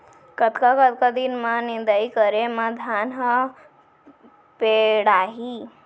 कतका कतका दिन म निदाई करे म धान ह पेड़ाही?